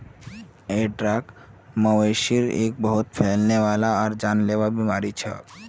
anthrax, मवेशिर एक बहुत फैलने वाला आर जानलेवा बीमारी छ